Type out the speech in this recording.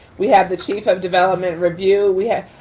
we have the chief of development review, we